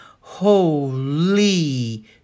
Holy